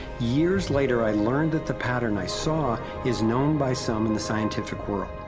years later i learned that the pattern i saw, is known by some in the scientific world.